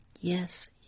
Yes